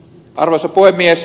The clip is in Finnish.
arvoisa puhemies